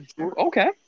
Okay